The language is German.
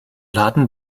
laden